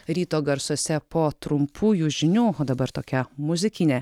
ryto garsuose po trumpųjų žinių o dabar tokia muzikinė